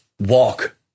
walk